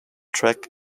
track